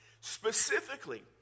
specifically